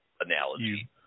analogy